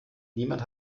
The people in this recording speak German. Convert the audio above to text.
niemand